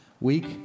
week